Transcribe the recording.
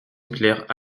éclairs